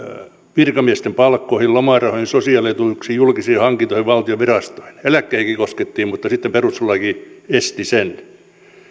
virkamiesten palkkoihin lomarahoihin sosiaalietuuksiin julkisiin hankintoihin ja valtion virastoihin eläkkeisiinkin koskettiin mutta sitten perustuslaki esti sen